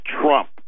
Trump